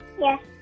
Yes